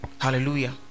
hallelujah